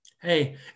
Hey